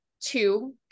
two